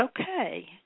okay